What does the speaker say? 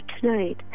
tonight